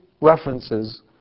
references